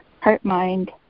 heart-mind